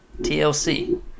TLC